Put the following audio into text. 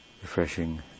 refreshing